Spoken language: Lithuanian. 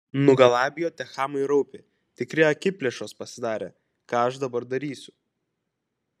nugalabijo tie chamai raupį tikri akiplėšos pasidarė ką aš dabar darysiu